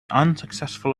unsuccessful